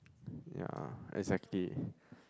yea exactly